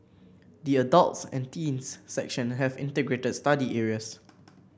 the adults and teens section have integrated study areas